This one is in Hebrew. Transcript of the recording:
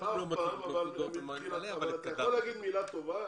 אבל אתה יכול להגיד מילה טובה.